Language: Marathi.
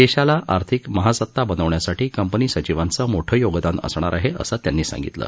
देशाला आर्थिक महासत्ता बनवण्यासाठी कंपनी सचिवांचे मोठं योगदान असणार आहे असं त्यांनी सांगितलं